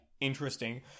interesting